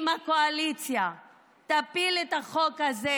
אם הקואליציה תפיל את החוק הזה,